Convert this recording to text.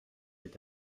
est